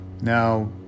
Now